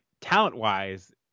talent-wise